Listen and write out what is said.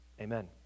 Amen